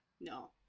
No